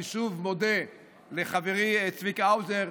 אני שוב מודה לחברי צביקה האוזר,